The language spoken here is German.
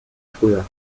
früher